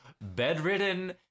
bedridden